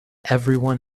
everyone